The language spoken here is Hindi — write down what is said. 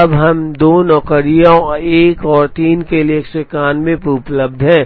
अब एम 2 नौकरियों 1 और 3 के लिए 191 पर उपलब्ध है